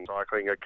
Cycling